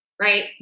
right